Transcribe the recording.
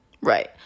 Right